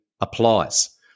applies